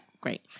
great